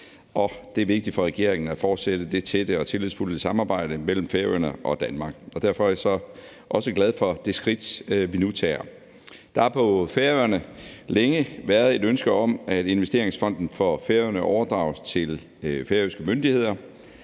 det er vigtigt for regeringen at fortsætte det tætte og tillidsfulde samarbejde mellem Færøerne og Danmark. Derfor er jeg også glad for det skridt, vi nu tager. Der har på Færøerne længe været et ønske om, at Investeringsfonden for Færøerne overdrages til de færøske myndigheder.